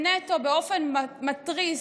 נטו באופן מתריס,